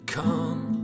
come